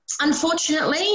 Unfortunately